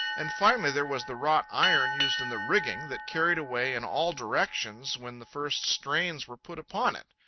and finally, there was the wrought iron used in the rigging, that carried away in all directions when the first strains were put upon it.